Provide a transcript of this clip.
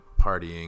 partying